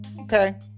Okay